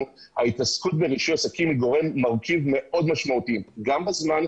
ההתעסקות ברישוי עסקים היא מרכיב מאוד משמעותי גם בזמן,